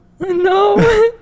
no